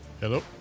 Hello